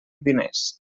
diners